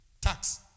Tax